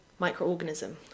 microorganism